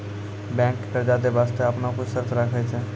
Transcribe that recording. बैंकें कर्जा दै बास्ते आपनो कुछ शर्त राखै छै